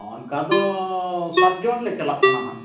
ᱚᱱᱠᱟ ᱫᱚ ᱥᱟᱛᱡᱚᱱᱞᱮ ᱪᱟᱞᱟᱜ ᱠᱟᱱᱟ ᱦᱟᱸᱜ